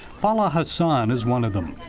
paul ah assan is one of them.